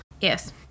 yes